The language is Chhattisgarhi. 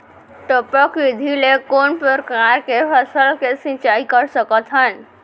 टपक विधि ले कोन परकार के फसल के सिंचाई कर सकत हन?